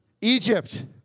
Egypt